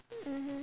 mmhmm